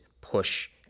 push